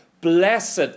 blessed